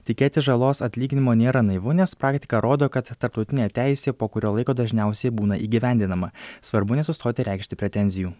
tikėtis žalos atlyginimo nėra naivu nes praktika rodo kad tarptautinė teisė po kurio laiko dažniausiai būna įgyvendinama svarbu nesustoti reikšti pretenzijų